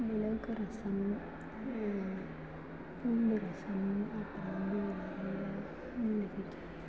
மிளகு ரசம் நண்டு ரசம் அப்புறம் வந்து நிறைய மூலிகை செடி